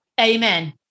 Amen